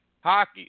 Hockey